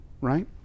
right